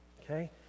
okay